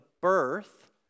birth